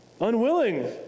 unwilling